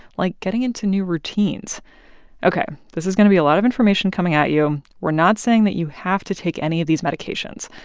like getting into new routines ok. this is going to be a lot of information coming at you. we're not saying that you have to take any of these medications.